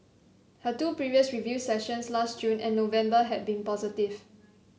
her two previous review sessions last June and November had been positive